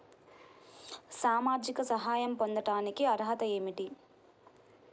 సామాజిక సహాయం పొందటానికి అర్హత ఏమిటి?